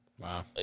Wow